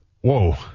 Whoa